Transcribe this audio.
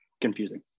confusing